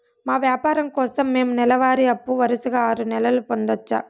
మా వ్యాపారం కోసం మేము నెల వారి అప్పు వరుసగా ఆరు నెలలు పొందొచ్చా?